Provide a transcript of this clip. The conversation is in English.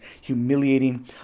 humiliating